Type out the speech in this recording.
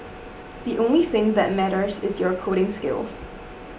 the only thing that matters is your coding skills